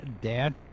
Dad